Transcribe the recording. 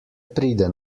pride